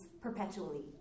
perpetually